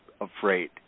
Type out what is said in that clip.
afraid